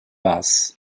bus